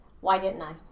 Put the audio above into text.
why-didn't-I